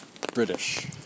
British